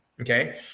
okay